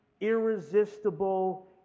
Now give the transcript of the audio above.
irresistible